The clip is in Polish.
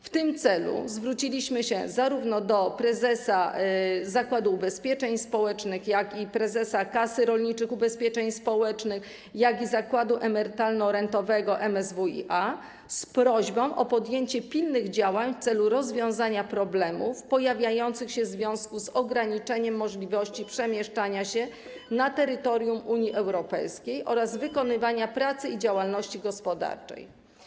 W tym celu zwróciliśmy się zarówno do prezesa Zakładu Ubezpieczeń Społecznych, prezesa Kasy Rolniczego Ubezpieczenia Społecznego, jak i Zakładu Emerytalno-Rentowego MSWiA z prośbą o podjęcie pilnych działań w celu rozwiązania problemów pojawiających się w związku z ograniczeniem możliwości przemieszczania się na terytorium Unii Europejskiej oraz wykonywania pracy i działalności gospodarczej.